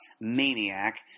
maniac